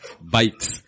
Bikes